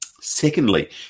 Secondly